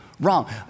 Wrong